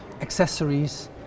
accessories